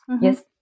yes